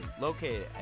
located